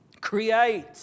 Create